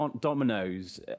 dominoes